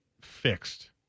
fixed